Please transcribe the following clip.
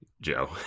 Joe